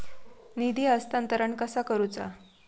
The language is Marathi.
निधी हस्तांतरण कसा करुचा?